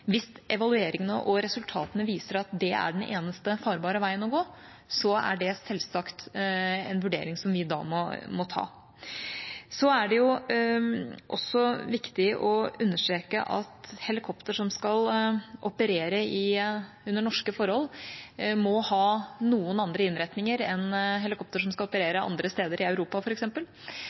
Hvis evalueringene og resultatene viser at dét er den eneste farbare veien å gå, er det selvsagt en vurdering som vi da må ta. Det er også viktig å understreke at helikoptre som skal operere under norske forhold, må ha noen andre innretninger enn helikoptre som f.eks. skal operere andre steder i Europa.